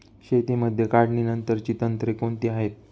शेतीमध्ये काढणीनंतरची तंत्रे कोणती आहेत?